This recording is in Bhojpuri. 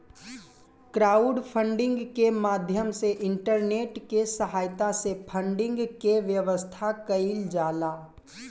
क्राउडफंडिंग के माध्यम से इंटरनेट के सहायता से फंडिंग के व्यवस्था कईल जाला